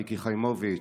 מיקי חיימוביץ',